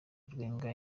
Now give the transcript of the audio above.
rwenga